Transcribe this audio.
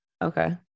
Okay